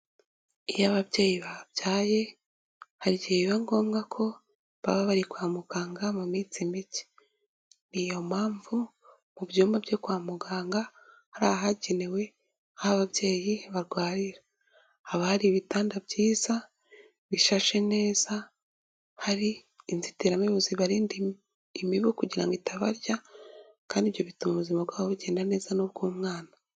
Iyo ababyeyi babyaye hari igihe biba ngombwa ko baba bari kwa muganga mu minsi mike, n'iyo mpamvu mu byumba byo kwa muganga hari ahagenewe aho ababyeyi barwarira, haba hari ibitanda byiza bishashe neza, hari inzitiramibu zibarinda imibu kugira ngo itabarya kandi ibyo bituma ubuzima bwabo bugenda neza n'ubw'umwana.